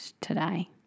today